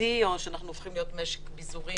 ריכוזי או שאנחנו הופכים להיות משק ביזורי